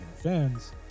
fans